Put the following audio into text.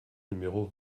numéro